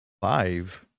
five